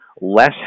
less